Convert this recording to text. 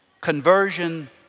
Conversion